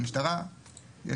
המשטרה,